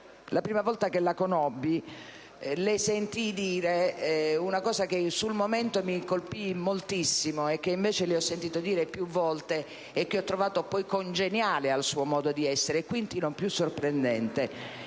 La prima volta che la conobbi, le sentii dire una cosa che sul momento mi colpì moltissimo, e che invece le ho sentito dire più volte e ho trovato poi congeniale al suo modo di essere, quindi non più sorprendente: